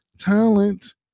talent